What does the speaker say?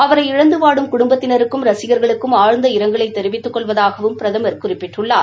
அவரை இழந்து வாடும் குடும்பத்தினருககும் ரசிகா்களுக்கும் ஆழ்ந்த இரங்கலை தெரிவித்துக் கொள்வதாகவும் பிரதமர் குறிப்பிட்டுள்ளார்